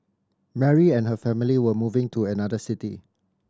Mary and her family were moving to another city